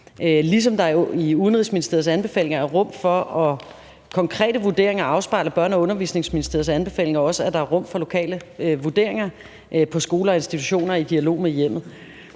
ligesom der jo i Udenrigsministeriets anbefalinger er rum for konkrete vurderinger, afspejler Børne- og Undervisningsministeriets anbefalinger også, at der er rum for lokale vurderinger på skoler og institutioner i dialog med hjemmet.